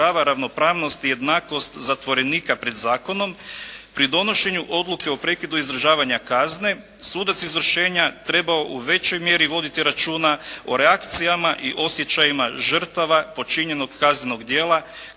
osigurava ravnopravnost i jednakost zatvorenika pred zakonom pri donošenju odluke o prekidu izdržavanja kazne sudac izvršenja trebao u većoj mjeri voditi računa o reakcijama i osjećajima žrtava počinjenog kaznenog djela